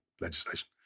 legislation